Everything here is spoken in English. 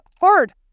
hard